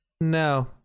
No